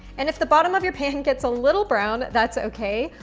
and if the bottom of your pan gets a little brown, that's okay,